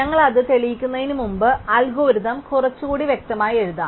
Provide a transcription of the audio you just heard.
ഞങ്ങൾ അത് തെളിയിക്കുന്നതിനുമുമ്പ് അൽഗോരിതം കുറച്ചുകൂടി വ്യക്തമായി എഴുതാം